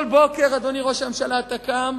כל בוקר, אדוני ראש הממשלה, אתה קם,